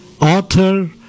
author